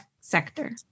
sector